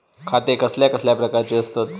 खाते कसल्या कसल्या प्रकारची असतत?